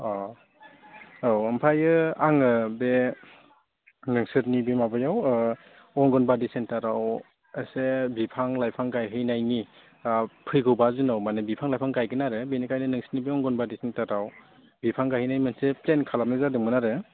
अ औ ओमफ्राय आङो बे नोंसोरनि बे माबायाव अंगनबादि सेन्टाराव एसे बिफां लाइफां गायहैनायनि फैगौ बा जुनाव माने बिफां लाइफां गायगोन आरो बेनिखायनो नोंसोरनि बे अंगनबादि सेन्टाराव बिफां गायहैनाय मोनसे प्लेन खालामनाय जादोंमोन आरो